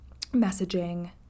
messaging